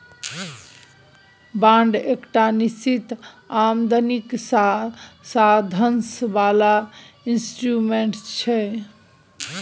bond एकटा निश्चित आमदनीक साधंश बला इंस्ट्रूमेंट छै